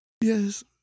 Yes